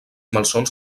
malsons